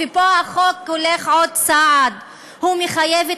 ופה החוק הולך עוד צעד: הוא מחייב את